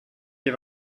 die